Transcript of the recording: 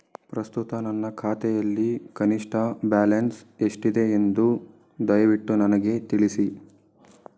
ಪ್ರಸ್ತುತ ನನ್ನ ಖಾತೆಯಲ್ಲಿ ಕನಿಷ್ಠ ಬ್ಯಾಲೆನ್ಸ್ ಎಷ್ಟಿದೆ ಎಂದು ದಯವಿಟ್ಟು ನನಗೆ ತಿಳಿಸಿ